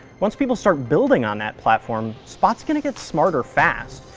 once people start building on that platform, spot's going to get smarter fast,